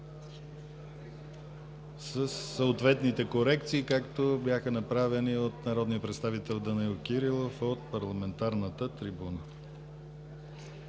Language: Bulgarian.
съответните корекции, както бяха направени от народния представител Данаил Кирилов от парламентарната трибуна.